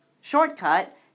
shortcut